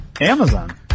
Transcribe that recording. Amazon